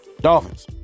Dolphins